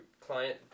client